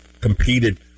competed